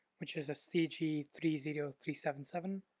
which is a c g three zero three seven seven.